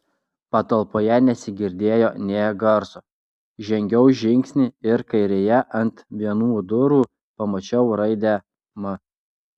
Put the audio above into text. patalpoje nesigirdėjo nė garso žengiau žingsnį ir kairėje ant vienų durų pamačiau raidę m